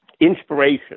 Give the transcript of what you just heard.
inspiration